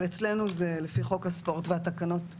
אבל אצלנו לפי חוק הספורט והתקנות זה